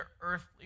earthly